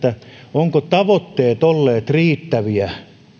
ovatko tavoitteet olleet riittäviä